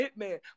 Hitman